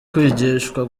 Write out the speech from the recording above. kwigishwa